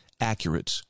accurate